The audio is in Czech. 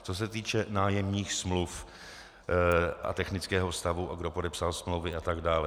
Co se týče nájemních smluv a technického stavu, kdo podepsal smlouvy atd.